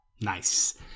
Nice